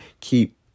keep